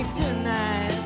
tonight